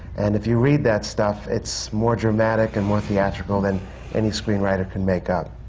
and if you read that stuff, it's more dramatic and more theatrical than any screenwriter can make up.